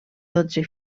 dotze